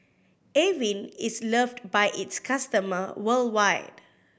Avene is loved by its customer worldwide